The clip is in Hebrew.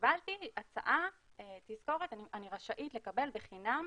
שקיבלתי הצעה, תזכורת, שאני רשאית לקבל בחינם